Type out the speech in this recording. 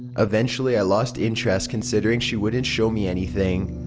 eventually i lost interest considering she wouldn't show me anything.